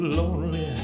lonely